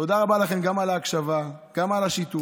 תודה רבה לכם, גם על ההקשבה, גם על השיתוף,